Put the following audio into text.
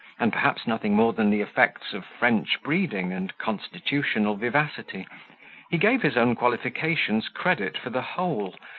and perhaps nothing more than the effects of french breeding and constitutional vivacity he gave his own qualifications credit for the whole,